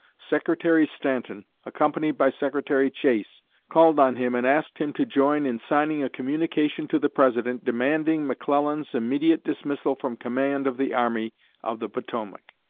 secretary stanton, accompanied by secretary chase, called on him and asked him to join in signing a communication to the president demanding mcclellan's immediate dismissal from command of the army of the potomac,